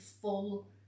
full